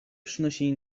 przynosili